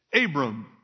Abram